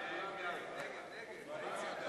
התשע"ב 2011,